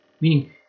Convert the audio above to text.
meaning